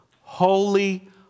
Holy